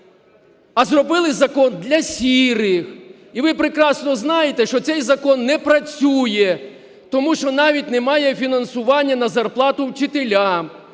а зробили закон для "сірих". І ви прекрасно знаєте, що цей закон не працює, тому що навіть немає фінансування на зарплату вчителям,